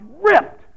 ripped